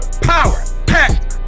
power-packed